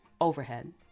overhead